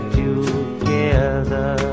together